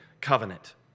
covenant